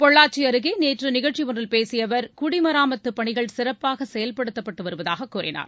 பொள்ளாச்சி அருகே நேற்று நிகழ்ச்சி ஒன்றில் பேசிய அவர் குடிமராமத்துப் பணிகள் சிறப்பாக செயல்படுத்தப்பட்டு வருவதாக கூறினார்